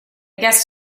guessed